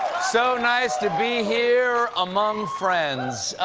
so nice to be here among friends.